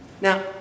Now